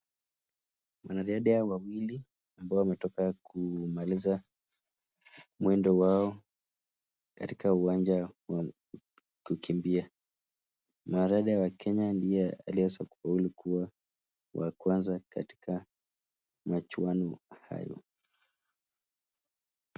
Wanariadha wawili ambao wametoka kumaliza mwendo wao katika uwanja wa kukimbia. Mwana riadha wa Kenya ndiye aliyeweza kufaulu kuwa wa kwanza katika machwanu hayo.